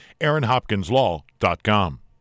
AaronHopkinsLaw.com